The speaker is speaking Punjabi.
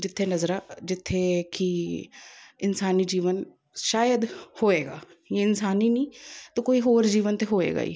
ਜਿੱਥੇ ਨਜ਼ਰਾਂ ਜਿੱਥੇ ਕਿ ਇਨਸਾਨੀ ਜੀਵਨ ਸ਼ਾਇਦ ਹੋਏਗਾ ਜੇ ਇਨਸਾਨੀ ਨਹੀਂ ਤਾਂ ਕੋਈ ਹੋਰ ਜੀਵਨ ਤਾਂ ਹੋਏਗਾ ਹੀ